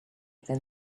than